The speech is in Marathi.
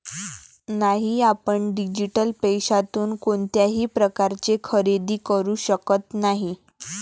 नाही, आपण डिजिटल पैशातून कोणत्याही प्रकारचे खरेदी करू शकत नाही